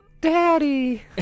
Daddy